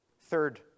Third